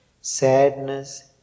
sadness